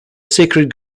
sacred